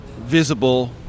visible